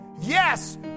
Yes